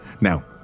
Now